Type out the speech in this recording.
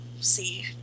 see